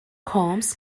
colmes